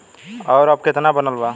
और अब कितना बनल बा?